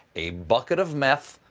a bucket of meth,